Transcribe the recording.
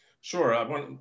Sure